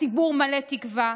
הציבור מלא תקווה.